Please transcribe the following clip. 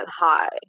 high